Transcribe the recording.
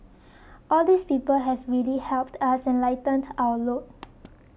all these people have really helped us and lightened our load